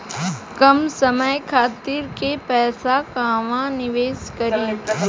कम समय खातिर के पैसा कहवा निवेश करि?